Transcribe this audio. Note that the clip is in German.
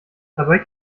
dabei